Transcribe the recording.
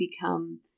become